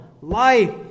life